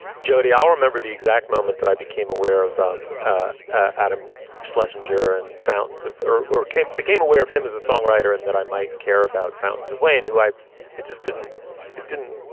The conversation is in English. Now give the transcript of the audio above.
jodi, i remember the exact moment that i became aware of um ah adam schlesinger and fountains of or or became became aware of him as a songwriter and that i might care about fountains of wayne, who i just didn't it didn't.